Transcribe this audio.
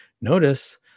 Notice